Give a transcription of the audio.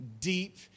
deep